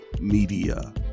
media